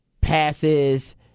passes